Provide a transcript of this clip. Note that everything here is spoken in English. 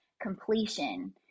completion